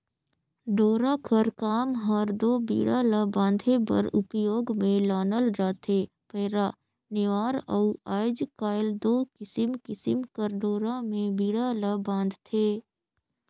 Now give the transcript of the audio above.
डोरा कर काम हर दो बीड़ा ला बांधे बर उपियोग मे लानल जाथे पैरा, नेवार अउ आएज काएल दो किसिम किसिम कर डोरा मे बीड़ा ल बांधथे